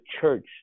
church